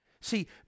See